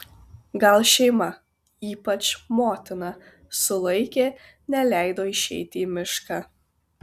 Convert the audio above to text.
gal šeima ypač motina sulaikė neleido išeiti į mišką